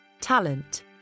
talent